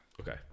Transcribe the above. Okay